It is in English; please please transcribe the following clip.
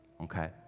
Okay